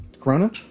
Corona